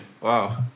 Wow